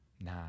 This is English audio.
nah